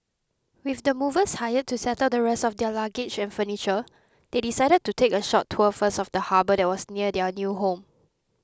with the movers hired to settle the rest of their luggage and furniture they decided to take a short tour first of the harbour that was near their new home